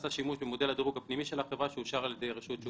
שימוש במודל הדירוג הפנימי של החברה שאושר על ידי רשות שוק ההון.